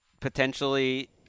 potentially